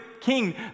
king